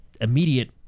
immediate